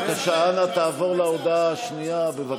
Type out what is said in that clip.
בבקשה, אנא תעבור להודעה השנייה.